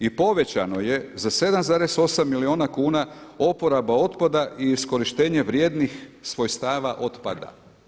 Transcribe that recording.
I povećano je za 7,8 milijuna kuna oporaba otpada i iskorištenje vrijednih svojstava otpada.